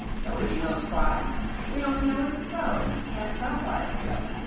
nobody knows why we only know it's so, and can't tell why it's so.